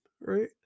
right